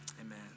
amen